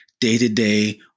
day-to-day